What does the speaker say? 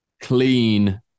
clean